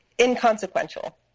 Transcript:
inconsequential